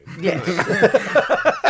Yes